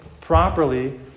properly